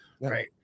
Right